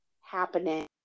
happening